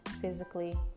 physically